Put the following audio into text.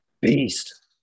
beast